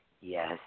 Yes